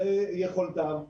זו יכולתם.